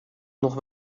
nog